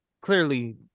clearly